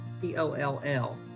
P-O-L-L